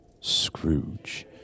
Scrooge